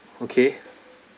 okay